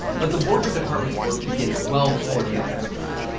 but the wardrobe department's work begins well before the actors arrive.